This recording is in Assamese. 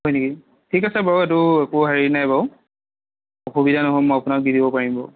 হয় নেকি ঠিক আছে বাৰু এইটো একো হেৰি নাই বাৰু অসুবিধা নহলে মই আপোনাক দি দিব পাৰিম বাৰু